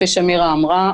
כפי שמירה אמרה,